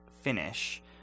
finish